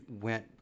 went